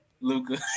Luca